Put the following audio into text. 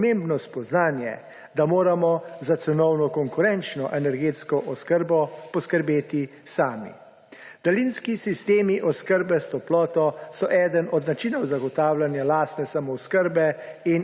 pomembno spoznanje, da moramo za cenovno konkurenčno energetsko oskrbo poskrbeti sami. Daljinski sistemi oskrbe s toploto so eden od načinov zagotavljanja lastne samooskrbe